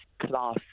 class